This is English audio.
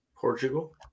Portugal